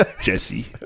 Jesse